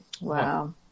Wow